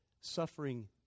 suffering